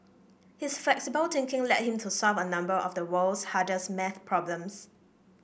his flexible thinking led him to solve a number of the world's hardest maths problems